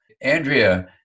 Andrea